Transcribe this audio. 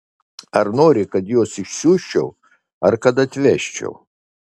ar nori kad juos išsiųsčiau ar kad atvežčiau